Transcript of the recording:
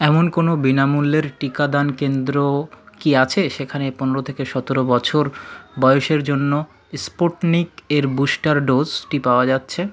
এমন কোনো বিনামূল্যের টিকাদান কেন্দ্র কি আছে সেখানে পনেরো থেকে সতেরো বছর বয়েসের জন্য ইস্পুটনিক এর বুস্টার ডোজটি পাওয়া যাচ্ছে